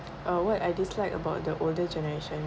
uh what I dislike about the older generation